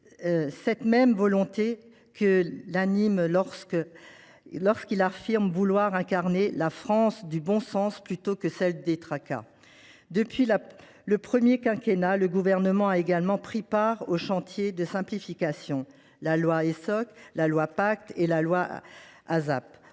cette même volonté qui l’anime lorsqu’il affirme vouloir incarner « la France du bon sens, plutôt que la France du tracas ». Depuis le premier quinquennat, le Gouvernement a lui aussi pris part au chantier de simplification. La loi Essoc, la loi Pacte et la loi Asap